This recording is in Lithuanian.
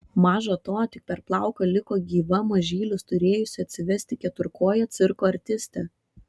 maža to tik per plauką liko gyva mažylius turėjusi atsivesti keturkojė cirko artistė